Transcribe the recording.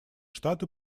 штаты